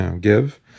give